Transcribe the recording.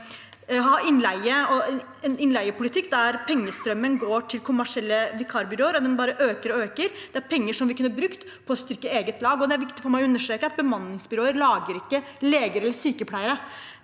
å ha en innleiepolitikk der pengestrømmen går til kommersielle vikarbyråer, og den bare øker og øker. Det er penger vi kunne brukt på å styrke eget lag. Det er viktig for meg å understreke at bemanningsbyråer ikke lager leger eller sykepleiere;